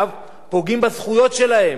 בזכות יסוד של לבחור ולהיבחר.